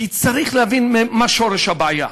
כי צריך להבין מה שורש הבעיה.